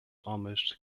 almost